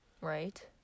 Right